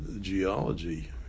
geology